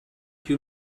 you